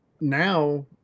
now